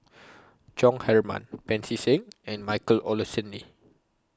Chong Heman Pancy Seng and Michael Olcomendy